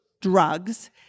drugs